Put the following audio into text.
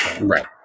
Right